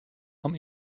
vom